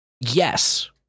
Yes